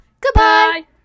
goodbye